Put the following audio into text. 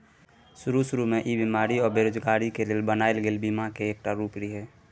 शरू शुरू में ई बेमारी आ बेरोजगारी के लेल बनायल गेल बीमा के एकटा रूप रिहे